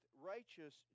righteous